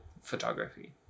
photography